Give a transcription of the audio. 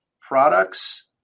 products